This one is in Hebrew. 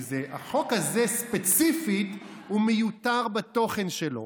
כי החוק הזה ספציפית מיותר בתוכן שלו.